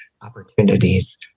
opportunities